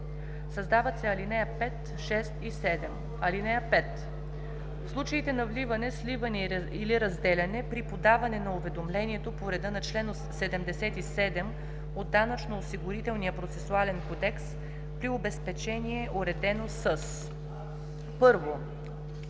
създават се ал. 5, 6 и 7: „(5) В случаите на вливане, сливане или разделяне, преди подаване на уведомлението по реда на чл. 77 от Данъчно-осигурителния процесуален кодекс, при обезпечение учредено с: 1.